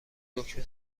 دکمه